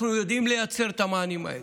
אנחנו יודעים לייצר את המענים האלה.